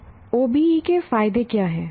अब OBE के फायदे क्या हैं